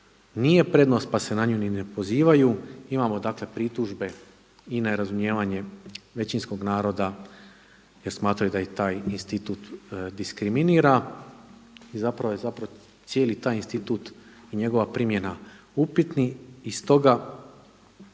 nije prednost, pa se na nju ni ne pozivaju. Imamo dakle pritužbe i nerazumijevanje većinskog naroda jer smatraju da ih taj institut diskriminira i zapravo je cijeli taj institut i njegova primjena upitni.